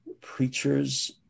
preachers